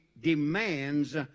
demands